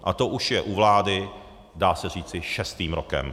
A to už je u vlády, dá se říci, šestým rokem.